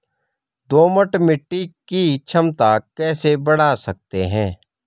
दोमट मिट्टी की क्षमता कैसे बड़ा सकते हैं?